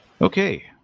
Okay